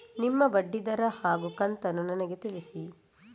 ನಿಮ್ಮ ಬಡ್ಡಿದರ ಹಾಗೂ ಕಂತನ್ನು ನನಗೆ ತಿಳಿಸಿ?